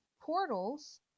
portals